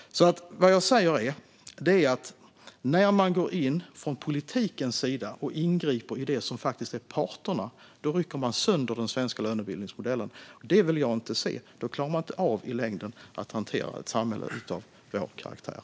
Vad jag säger är att när man går in från politikens sida och ingriper i det som faktiskt är parternas uppgift, då rycker man sönder den svenska lönebildningsmodellen. Det vill jag inte se. Då klarar man i längden inte av att hantera ett samhälle av vår karaktär.